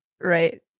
right